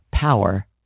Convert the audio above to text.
power